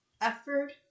effort